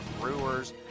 Brewers